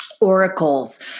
oracles